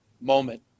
moment